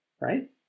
right